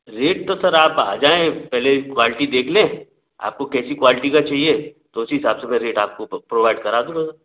rate तो sir आप आ जाएं पहले क्वालिटी देख लें आपको कैसी क्वालिटी का चाहिए तो उसी हिसाब से फिर रेट आपको प्रोवाइड करा दूँगा मैं